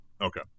Okay